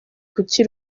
kuki